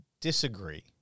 disagree